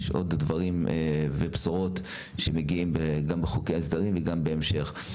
יש עוד דברים ובשורות שמגיעים גם בחוקי ההסדרים וגם בהמשך.